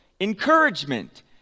Encouragement